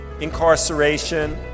incarceration